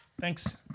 Thanks